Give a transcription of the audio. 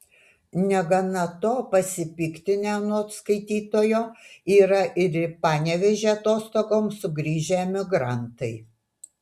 negana to pasipiktinę anot skaitytojo yra ir į panevėžį atostogoms sugrįžę emigrantai